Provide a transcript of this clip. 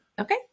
Okay